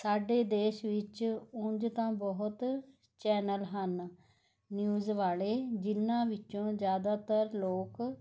ਸਾਡੇ ਦੇਸ਼ ਵਿੱਚ ਉਝ ਤਾਂ ਬਹੁਤ ਚੈਨਲ ਹਨ ਨਿਊਜ਼ ਵਾਲੇ ਜਿਨ੍ਹਾਂ ਵਿੱਚੋਂ ਜ਼ਿਆਦਾਤਰ ਲੋਕ